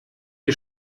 ihr